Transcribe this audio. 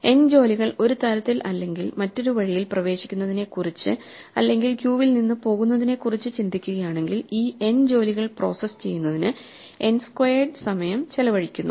N ജോലികൾ ഒരു തരത്തിൽ അല്ലെങ്കിൽ മറ്റൊരു വഴിയിൽ പ്രവേശിക്കുന്നതിനെക്കുറിച്ച് അല്ലെങ്കിൽ ക്യുവിൽ നിന്ന് പോകുന്നതിനെ കുറിച്ച് ചിന്തിക്കുകയാണെങ്കിൽ ഈ n ജോലികൾ പ്രോസസ്സ് ചെയ്യുന്നതിന് n സ്ക്വയർഡ് സമയം ചെലവഴിക്കുന്നു